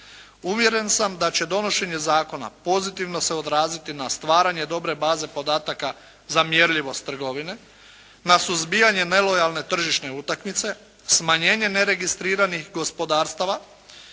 Uvjeren sam da će donošenje zakona pozitivno se odraziti na stvaranje dobre baze podataka za mjerljivost trgovine, na suzbijanje nelojalne tržišne utakmice, smanjenje neregistriranih gospodarstava